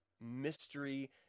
mystery